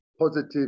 positive